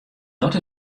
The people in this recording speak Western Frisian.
dat